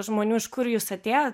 žmonių iš kur jūs atėjot